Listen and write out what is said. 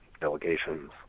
delegations